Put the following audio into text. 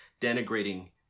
denigrating